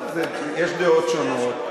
יש דעות שונות,